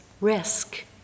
risk